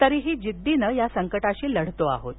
तरीही जिद्दीनं या संकटाशी लढतो आहोत